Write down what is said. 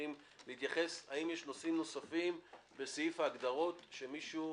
האם יש נושאים נוספים בסעיף ההגדרות שמישהו